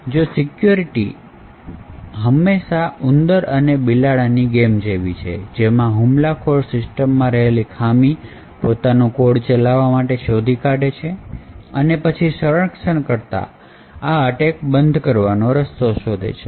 જો કે સિક્યુરિટી હંમેશા ઉંદર અને બિલાડી ની ગેમ છે જેમાં હુમલાખોર સિસ્ટમ માં રહેલ ખામી પોતાનું code ચલાવવા માટે શોધી કાઢે છે અને પછી સંરક્ષણ કરતા આ અટેક બંધ કરવાનો રસ્તો શોધી કાઢે છે